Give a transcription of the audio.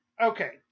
Okay